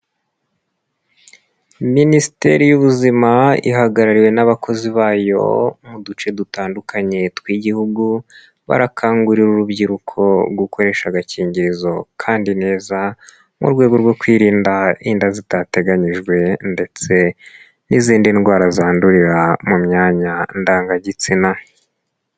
Minisiteri y'ubuzima ihagarariwe n'abakozi bayo mu duce dutandukanye tw'igihugu barakangurira urubyiruko gukoresha agakingirizo kandi neza mu rwego rwo kwirinda inda zitateganyijwe ndetse n'izindi ndwara zandurira mu myanya ndangagitsina.